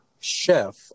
chef